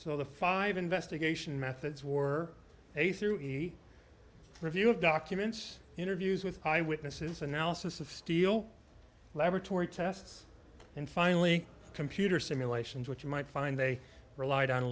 so the five investigation methods were a through the review of documents interviews with eyewitnesses analysis of steel laboratory tests and finally computer simulations which you might find they relied on a